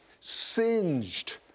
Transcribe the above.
singed